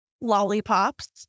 lollipops